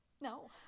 No